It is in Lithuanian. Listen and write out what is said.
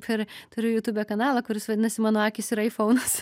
per turiu jutūbe kanalą kuris vadinasi mano akys yra aifounas